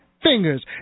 fingers